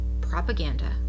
propaganda